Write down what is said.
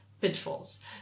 pitfalls